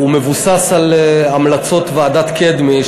הוא מבוסס על המלצות ועדת קדמי,